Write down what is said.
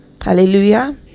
hallelujah